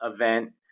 event